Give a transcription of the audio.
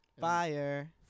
Fire